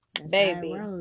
Baby